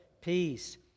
peace